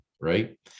right